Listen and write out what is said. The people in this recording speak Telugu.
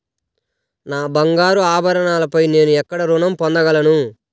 నా బంగారు ఆభరణాలపై నేను ఎక్కడ రుణం పొందగలను?